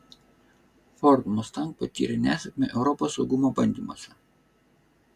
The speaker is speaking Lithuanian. ford mustang patyrė nesėkmę europos saugumo bandymuose